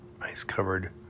ice-covered